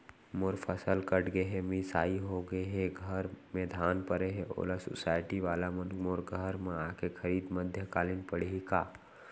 मोर फसल कट गे हे, मिंजाई हो गे हे, घर में धान परे हे, ओला सुसायटी वाला मन मोर घर म आके खरीद मध्यकालीन पड़ही का?